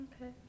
Okay